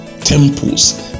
temples